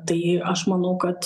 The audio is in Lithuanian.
tai aš manau kad